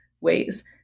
ways